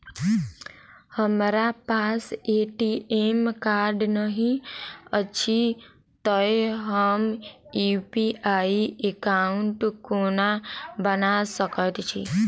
हमरा पास ATM card नहि अछि तए हम यु.पी.आई एकॉउन्ट कोना बना सकैत छी